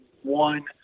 one